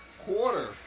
quarter